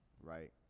right